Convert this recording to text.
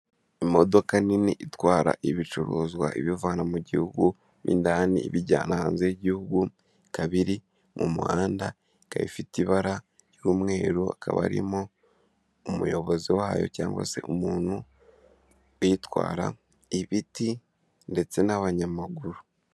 Imodoka nini itwara ibicuruzwa ibivana mu gihugu' ibijyana hanze y'igihugu, ikaba iri mu muhanda ikaba ifite ibara ry'umweru akaba arimo umuyobozi wayo cyangwa se umuntu uyitwara, ibiti ndetse n'abanyamaguru.